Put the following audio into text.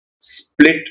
split